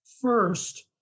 first